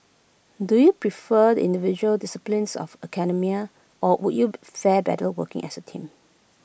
do you prefer the individual disciplines of academia or would you fare better working as A team